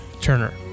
Turner